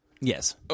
yes